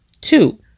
Two